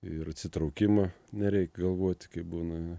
ir atsitraukimą nereik galvot kai būna